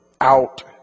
out